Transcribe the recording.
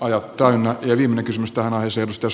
arvoisa herra puhemies